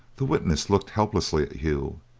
the witness looked helplessly at hugh,